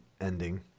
ending